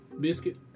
Biscuit